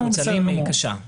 בנושאים מפוצלים, היא קשה.